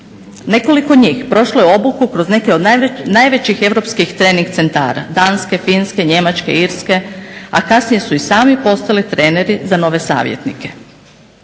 Nekoliko njih prošlo je obuku kroz neke od najvećih europskih trening centara – Danske, Finske, Njemačke, Irske, a kasnije su i sami postali treneri za nove savjetnike.